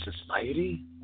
society